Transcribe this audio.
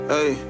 Hey